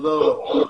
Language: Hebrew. תודה רבה.